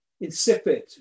insipid